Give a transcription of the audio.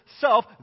self